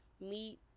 meat